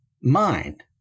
mind